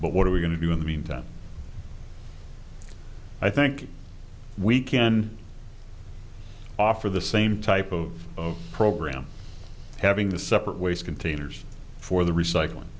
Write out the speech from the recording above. but what are we going to do in the meantime i think we can offer the same type of program having the separate ways containers for the recycling